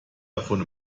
davon